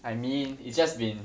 I mean it's just been